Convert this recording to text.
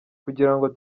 kugirango